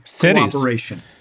cooperation